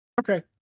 Okay